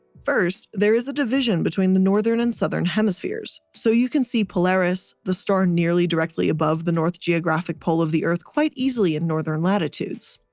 first, there is a division between the northern and southern hemispheres. so you can see polaris, the star nearly directly above the north geographic pole of the earth quite easily in northern latitudes.